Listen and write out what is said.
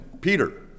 Peter